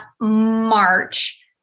March